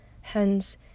Hence